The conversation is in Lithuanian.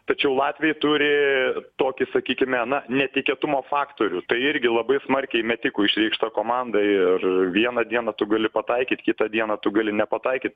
tačiau latviai turi tokį sakykime na netikėtumo faktorių tai irgi labai smarkiai metikų išreikšta komanda ir vieną dieną tu gali pataikyt kitą dieną tu gali nepataikyt